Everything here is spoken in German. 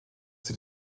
sie